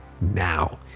now